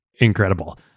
Incredible